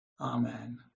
Amen